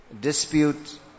dispute